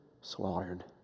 slaughtered